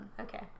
okay